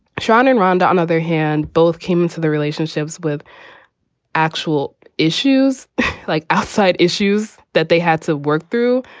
sean and rhonda, on other hand, both came into the relationships with actual issues like outside issues that they had to work through.